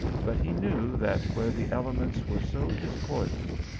but he knew that where the ele ments were so discordant,